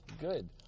Good